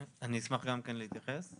אני אשמח גם כן להתייחס.